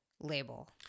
label